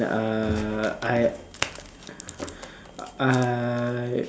I I